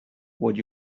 would